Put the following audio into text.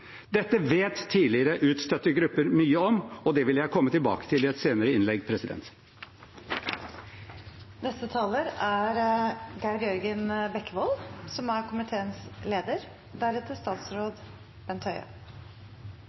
Dette vet tidligere utstøtte grupper mye om, og det vil jeg komme tilbake til i et senere innlegg. Kristelig Folkepartis primære standpunkt i denne saken er